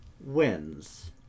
wins